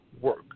work